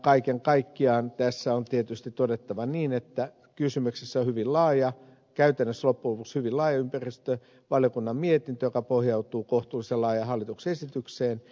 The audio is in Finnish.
kaiken kaikkiaan tässä on tietysti todettava niin että kysymyksessä on käytännössä loppujen lopuksi hyvin laaja ympäristövaliokunnan mietintö joka pohjautuu kohtuullisen laajaan hallituksen esitykseen